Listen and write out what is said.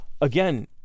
again